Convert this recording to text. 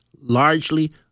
largely